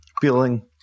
feeling